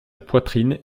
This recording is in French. poitrine